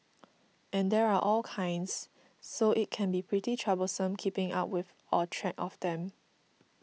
and there are all kinds so it can be pretty troublesome keeping up with or track of them